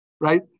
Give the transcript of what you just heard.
right